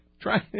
Try